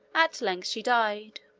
at length she died.